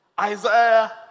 Isaiah